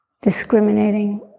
discriminating